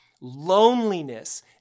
Loneliness